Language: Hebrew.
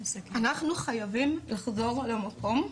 אנחנו חייבים לחזור למקום,